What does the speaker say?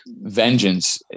vengeance